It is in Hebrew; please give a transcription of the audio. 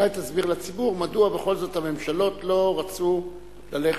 אולי תסביר לציבור מדוע בכל זאת הממשלות לא רצו ללכת,